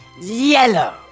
Yellow